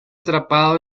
atrapado